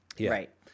Right